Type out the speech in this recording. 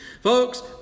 Folks